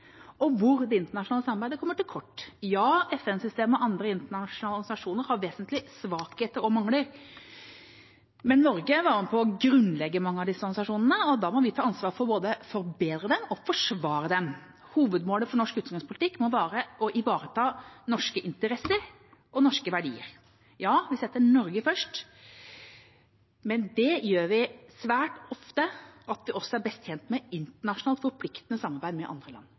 og hvor det internasjonale samarbeidet kommer til kort. Ja, FN-systemet og andre internasjonale organisasjoner har vesentlige svakheter og mangler, men Norge var med på å grunnlegge mange av disse organisasjonene, og da må vi ta ansvar for både å forbedre dem og å forsvare dem. Hovedmålet for norsk utenrikspolitikk må være å ivareta norske interesser og norske verdier. Ja, vi setter Norge først, men det gjør svært ofte at vi også er best tjent med internasjonalt forpliktende samarbeid med andre land.